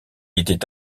était